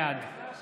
בעד